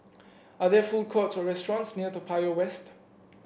are there food courts or restaurants near Toa Payoh West